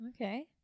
Okay